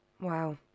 Wow